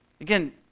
Again